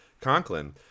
conklin